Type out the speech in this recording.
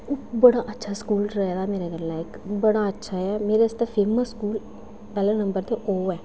ओह् बड़ा अच्छा स्कूल रेह्दा ऐ मेरा गल्लै इक बड़ा अच्छा ऐ मेरे आस्तै फेमस स्कूल पैह्ला नंबर ते ओह् ऐ